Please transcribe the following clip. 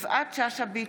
יפעת שאשא ביטון,